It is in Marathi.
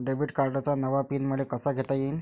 डेबिट कार्डचा नवा पिन मले कसा घेता येईन?